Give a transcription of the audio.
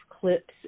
clips